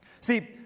See